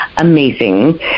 amazing